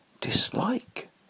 dislike